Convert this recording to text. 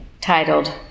titled